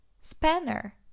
Spanner